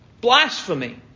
Blasphemy